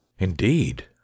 Indeed